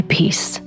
peace